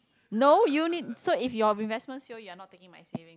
no you need so if your investments fail you're not taking my saving